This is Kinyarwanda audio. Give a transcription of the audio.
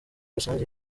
rusange